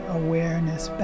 awareness